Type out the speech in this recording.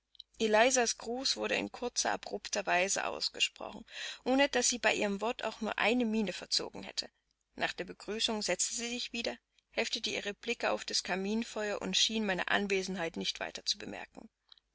elizas gruß wurde in kurzer abrupter weise ausgesprochen ohne daß sie bei ihren worten auch nur eine miene verzogen hätte nach der begrüßung setzte sie sich wieder heftete ihre blicke auf das kaminfeuer und schien meine anwesenheit nicht weiter zu bemerken